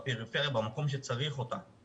הזה של הספקת שירותי תקשורת בכל המגזרים,